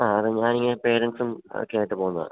ആ അത് ഞാനിങ്ങനെ പേരൻസുമൊക്കെയായിട്ട് പോകുന്നതാണ്